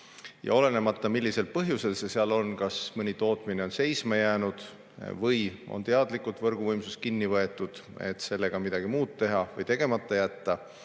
Ja olenemata, millisel põhjusel need seal on – kas mõni tootmine on seisma jäänud või on teadlikult võrguvõimsust kinni hoitud, et sellega midagi muud teha või tegemata jätta